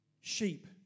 sheep